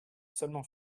seulement